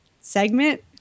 segment